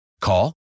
Call